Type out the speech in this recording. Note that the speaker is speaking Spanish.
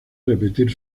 repetir